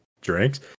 drinks